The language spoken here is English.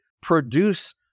produce